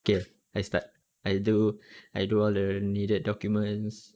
okay I start I do I do all the needed documents